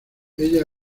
ella